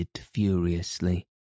furiously